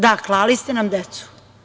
Da, klali ste nam decu!